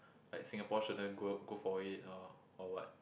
like Singapore shouldn't go go for it or or what